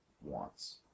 wants